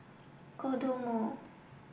Kodomo